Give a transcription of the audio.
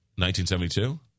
1972